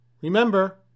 Remember